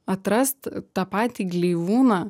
atrast tą patį gleivūną